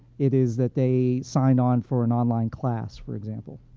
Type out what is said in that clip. it is that they signed on for an online class, for example.